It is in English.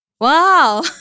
Wow